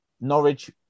Norwich